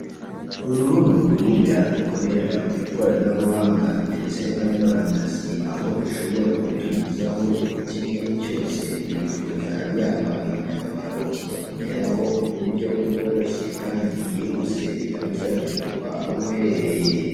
Uru ni urubuga rukorera ku ikoranabuhanga, ndetse na murandasi aho ushobora gutumizaho buri kimwe cyose wifuza yaba imyambaro, kikakugeraho mu buryo bworoshye kandi bwihuse bitagusabye kuva aho uherereye.